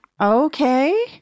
Okay